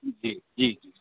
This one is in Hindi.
जी जी जी